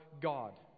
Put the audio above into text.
God